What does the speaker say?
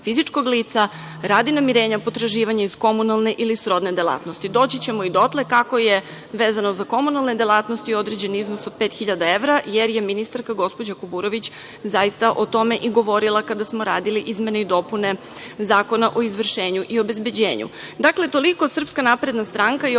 fizičkog lica, radi namirenja potraživanja iz komunalne ili srodne delatnosti. Doći ćemo i dotle kako je, vezano za komunalne delatnosti, određen iznos od pet hiljada evra, jer je ministarka, gospođa Kuburović, zaista o tome i govorila kada smo radili izmene i dopune Zakona o izvršenju i obezbeđenju. Dakle,